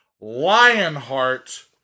Lionheart